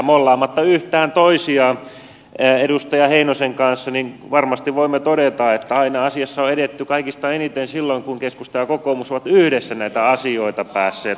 mollaamatta yhtään toisiamme edustaja heinosen kanssa varmasti voimme todeta että aina asiassa on edetty kaikista eniten silloin kun keskusta ja kokoomus ovat yhdessä näitä asioita päässeet hoitamaan